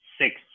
six